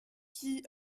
qui